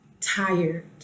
tired